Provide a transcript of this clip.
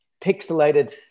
pixelated